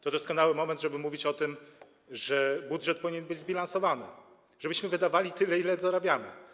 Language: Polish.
To doskonały moment, żeby mówić o tym, że budżet powinien być zbilansowany, żebyśmy wydawali tyle, ile zarabiamy.